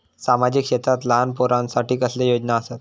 सामाजिक क्षेत्रांत लहान पोरानसाठी कसले योजना आसत?